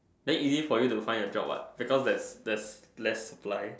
very easy for you to find a job what because there's less flies